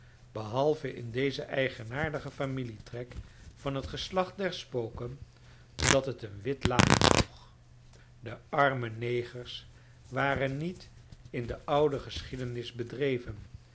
behalve in dezen eigenaardigen familietrek van het geslacht der spoken dat het een wit laken droeg de arme negers waren niet in de oude geschiedenis bedreven